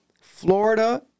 Florida